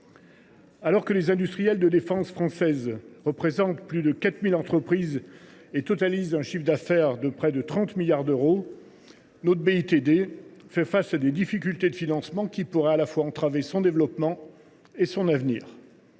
Alors que les industries de défense françaises représentent plus de 4 000 entreprises et totalisent un chiffre d’affaires de près de 30 milliards d’euros, notre BITD fait face à des difficultés de financement qui pourraient entraver, à la fois, son développement et son avenir.